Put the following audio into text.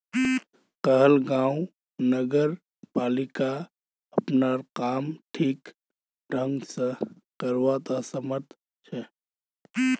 कहलगांव नगरपालिका अपनार काम ठीक ढंग स करवात असमर्थ छ